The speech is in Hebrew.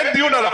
אין דיון עליו.